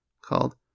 called